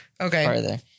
Okay